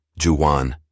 Juwan